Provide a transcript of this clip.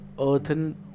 earthen